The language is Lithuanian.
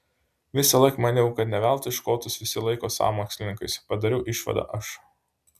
visąlaik maniau kad ne veltui škotus visi laiko sąmokslininkais padariau išvadą aš